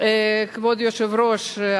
כבוד היושב-ראש,